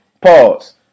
pause